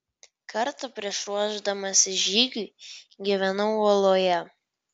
kartą prieš ruošdamasis žygiui gyvenau uoloje